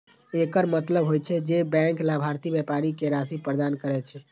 एकर मतलब होइ छै, जे बैंक लाभार्थी व्यापारी कें राशि प्रदान करै छै